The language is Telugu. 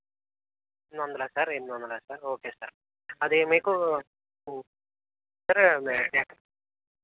ఎనిమిది వందలా సార్ ఎనిమిది వందలా సార్ ఓకే సార్ అది మీకు సార్ఎ ఎక్క